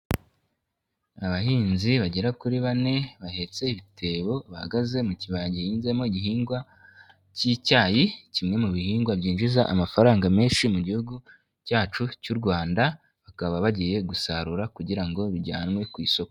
Abahinzi bagera kuri bane bahetse ibitebo bahagaze mu kibaya gihinzemo igihingwa k'icyayi kimwe mu bihingwa byinjiza amafaranga menshi mu Gihugu cyacu cy'u Rwanda, bakaba bagiye gusarura kugira ngo babijyanwe ku isoko.